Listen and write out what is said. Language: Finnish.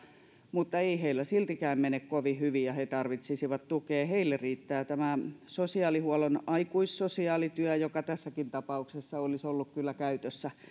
mutta ei heillä siltikään mene kovin hyvin ja he tarvitsisivat tukea heille riittää tämä sosiaalihuollon aikuissosiaalityö joka tässäkin tapauksessa olisi ollut kyllä käytössä